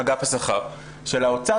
אגף השכר של האוצר,